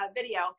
video